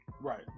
Right